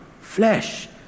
flesh